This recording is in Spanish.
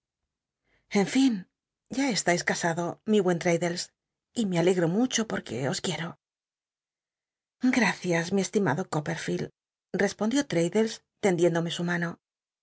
en fin ya estais casado mi buen traddles y me alegro mucho porque os quiero racias mi c timado copperlield espondió l'raddlcs tcndiéutlomc su mano